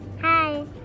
Hi